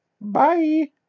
Bye